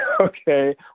Okay